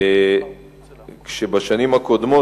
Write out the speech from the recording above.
בשנים הקודמות,